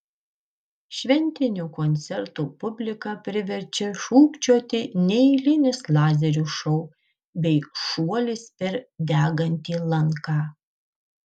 šventinių koncertų publiką priverčia šūkčioti neeilinis lazerių šou bei šuolis per degantį lanką